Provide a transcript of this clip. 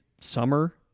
summer